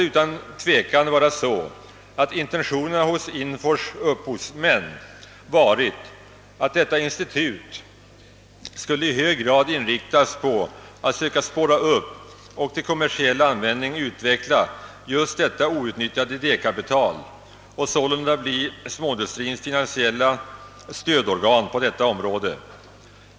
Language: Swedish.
Utan tvivel har också intentionerna hos INFOR:s upphovsmän varit att institutet i hög grad skulle inriktas på att söka spåra upp och kommersiellt utnyttja detta idékapital och sålunda bli småindustrins finansiella stödorgan på ifrågavarande område.